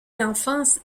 l’enfance